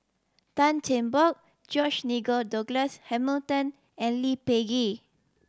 Tan Cheng Bock George Nigel Douglas Hamilton and Lee Peh Gee